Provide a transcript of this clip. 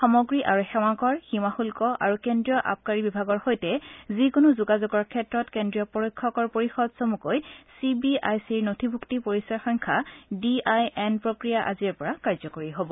সামগ্ৰী আৰু সেৱা কৰ সীমা শুদ্ধ আৰু কেন্দ্ৰীয় আবকাৰি বিভাগৰ সৈতে যিকোনো যোগাযোগৰ ক্ষেত্ৰত কেন্দ্ৰীয় পৰোক্ষ কৰ পৰিয়দ চমুকৈ চিবিআইচিৰ নথিভূক্তি পৰিচয় সংখ্যা ডিআইএন প্ৰক্ৰিয়া আজিৰে পৰা কাৰ্যকৰী হ'ব